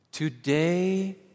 Today